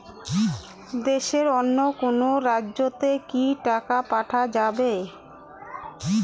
দেশের অন্য কোনো রাজ্য তে কি টাকা পাঠা যাবে?